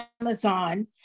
Amazon